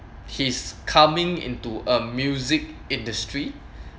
he's coming into a music industry